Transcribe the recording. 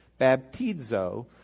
baptizo